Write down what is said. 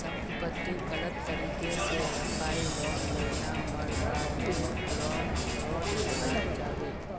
संपत्तिक गलत तरीके से दखाएँ लोन लेना मर्गागे लोन फ्रॉड मनाल जाबे